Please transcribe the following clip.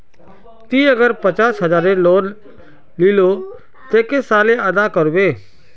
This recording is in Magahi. ती अगर पचास हजारेर लोन लिलो ते कै साले अदा कर बो?